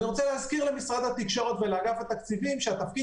אני רוצה להזכיר למשרד התקשורת ולאגף התקציבים שהתפקיד